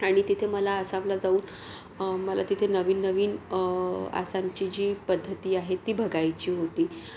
आणि तिथे मला आसामला जाऊन मला तिथे नवीन नवीन आसामची जी पद्धती आहे ती बघायची होती